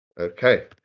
Okay